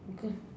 okay